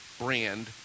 brand